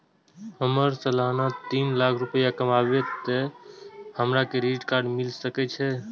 हमर सालाना तीन लाख रुपए कमाबे ते हमरा क्रेडिट कार्ड मिल सके छे?